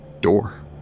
door